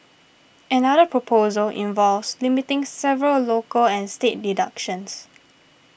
another proposal involves limiting several local and state deductions